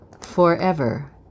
forever